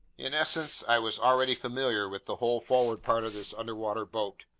in essence, i was already familiar with the whole forward part of this underwater boat,